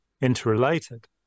interrelated